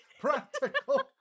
practical